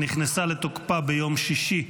שנכנסה לתוקפה ביום שישי,